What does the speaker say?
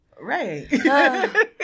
Right